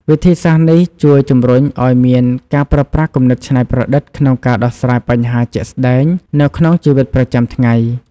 វិធីសាស្ត្រនេះជួយជំរុញឲ្យមានការប្រើប្រាស់គំនិតច្នៃប្រឌិតក្នុងការដោះស្រាយបញ្ហាជាក់ស្តែងនៅក្នុងជីវិតប្រចាំថ្ងៃ។